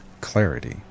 clarity